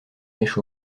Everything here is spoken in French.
mèches